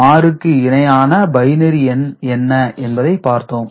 6 க்கு இணையான பைனரி என்ன என்பதைப் பார்ப்போம்